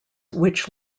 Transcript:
which